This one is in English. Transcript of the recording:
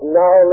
now